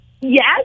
yes